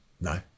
No